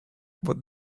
what